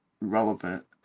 relevant